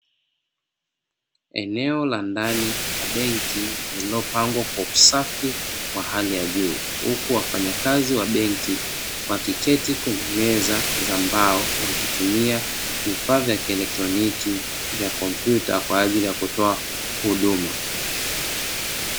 Eneo la ndani ya benki iliyopangwa kwa usafi wa hali ya juu huku wafanyakazi wa benki wakiketi kwenye meza za mbao, wakitumia vifaa vya kielektroniki vya kompyuta kwa ajili ya kutoa huduma.